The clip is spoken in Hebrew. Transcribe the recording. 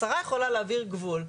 השרה יכולה להעביר גבול.